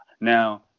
Now